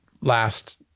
last